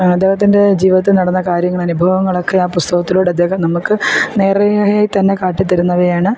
അദ്ദേഹത്തിൻ്റെ ജീവിതത്തിൽ നടന്ന കാര്യങ്ങൾ അനുഭവങ്ങളൊക്കെ ആ പുസ്തകത്തിലൂടെ അദ്ദേഹം നമ്മൾക്ക് നേർരേഖയിൽ തന്നെ കാട്ടിത്തരുന്നവയാണ്